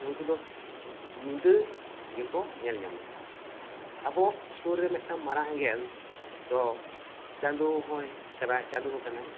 ᱩᱱᱠᱩ ᱫᱚ ᱧᱤᱫᱟᱹ ᱜᱮ ᱠᱚ ᱧᱮᱞ ᱧᱟᱢᱚᱜᱼᱟ ᱟᱵᱚ ᱥᱩᱨ ᱨᱮ ᱢᱤᱫ ᱴᱟᱝ ᱢᱟᱨᱟᱝ ᱮᱸᱜᱮᱞ ᱫᱚ ᱪᱟᱸᱫᱚ ᱦᱚᱸᱭ ᱠᱟᱱᱟᱭ ᱪᱟᱸᱫᱚ ᱦᱚᱸ ᱠᱟᱱᱟᱭ